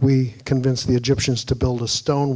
we convinced the egyptians to build a stone